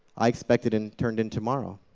i expect it and turned in tomorrow.